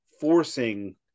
forcing